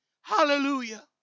Hallelujah